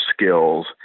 skills